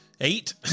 eight